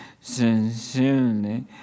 sincerely